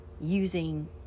using